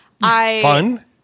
Fun